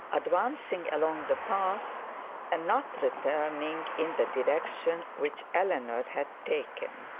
advancing along the path and not returning in the direction which eleanor had taken.